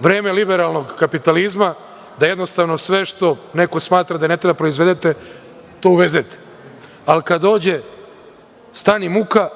vreme liberalnog kapitalizma, da jednostavno sve što neko smatra da ne treba da proizvedete, to uvezete. Ali, kada dođe stani muka